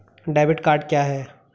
Debit card क्या है?